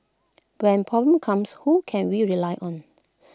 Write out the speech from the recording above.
when problems comes who can we rely on